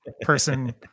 person